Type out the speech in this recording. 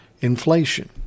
inflation